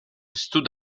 stood